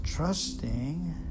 Trusting